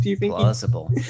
Plausible